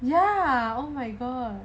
ya oh my god